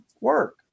work